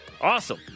Awesome